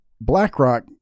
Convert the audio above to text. BlackRock